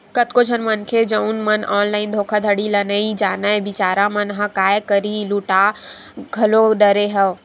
कतको झन मनखे जउन मन ऑनलाइन धोखाघड़ी ल नइ जानय बिचारा मन ह काय करही लूटा घलो डरे हवय